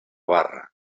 barra